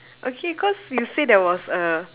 okay cause you say there was a